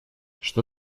что